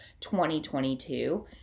2022